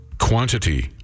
quantity